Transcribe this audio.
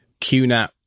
QNAP